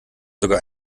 sogar